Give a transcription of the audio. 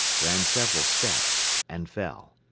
ran several steps and fell.